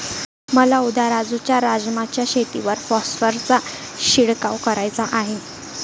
मला उद्या राजू च्या राजमा च्या शेतीवर फॉस्फरसचा शिडकाव करायचा आहे